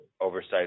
oversight